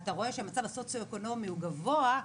אתה רואה שהמצב הסוציו אקונומי הוא גבוה,